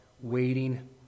waiting